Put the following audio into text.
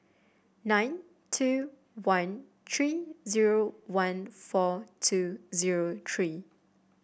nine two one three zero one four two zero three